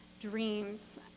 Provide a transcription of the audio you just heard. dreams